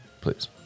Please